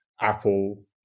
Apple